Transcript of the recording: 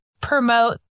promote